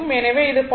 எனவே இது 44